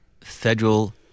federal